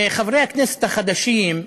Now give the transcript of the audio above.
לחברי הכנסת החדשים,